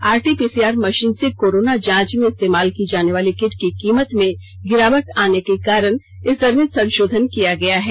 RT PCR machine से corona जांच में इस्तेमाल की जाने वाली किट की कीमत में गिरावट आने के कारण इस दर में संशोधन किया गया है